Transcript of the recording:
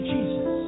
Jesus